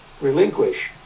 relinquish